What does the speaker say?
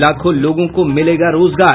लाखों लोगों को मिलेगा रोजगार